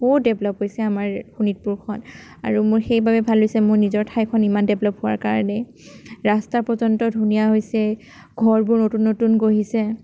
বহুত ডেভলপ হৈছে আমাৰ শোণিতপুৰখন আৰু মোৰ সেইবাবে ভাল লাগিছে মোৰ নিজৰ ঠাইখন ইমান ডেভলপ হোৱাৰ কাৰণে ৰাস্তা পৰ্যন্ত ধুনীয়া হৈছে ঘৰবোৰ নতুন নতুন গঢ়িছে